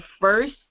first –